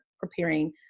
preparing